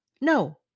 No